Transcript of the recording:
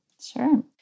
Sure